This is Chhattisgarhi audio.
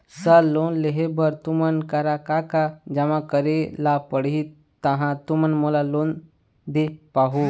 सर लोन लेहे बर तुमन करा का का जमा करें ला पड़ही तहाँ तुमन मोला लोन दे पाहुं?